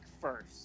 first